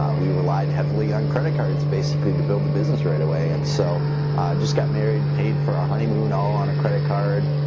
um we relied heavily on credit cards basically to build the business right away and so i just got married paid for our honeymoon all on a credit card,